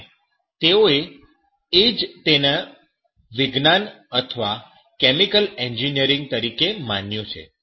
અને તેઓએ જ તેને વિજ્ઞાન અથવા કેમિકલ એન્જિનિયરિંગ તરીકે માન્યું છે